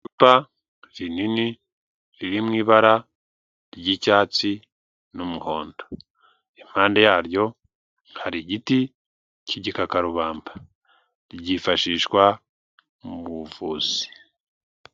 Icupa rinini riri mu ibara ry'icyatsi n'umuhondo, impande yaryo hari igiti cy'igikakarubamba ryifashishwa mu buvuzi.